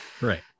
Right